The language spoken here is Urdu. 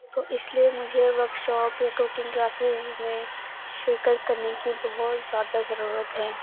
تو اس لیے مجھے ورک شاپ یا کوکنگ کلاسز میں شرکت کرنے کی بہت زیادہ ضرورت ہیں